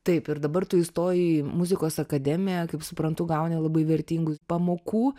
taip ir dabar tu įstoji į muzikos akademiją kaip suprantu gauni labai vertingų pamokų